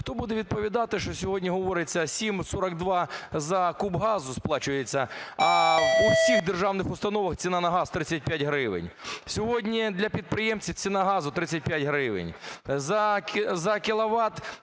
Хто буде відповідати, що сьогодні говориться, 7,42 за куб газу сплачується, а у всіх державних установах ціна на газ 35 гривень? Сьогодні для підприємців ціна газу 35 гривень, за кіловат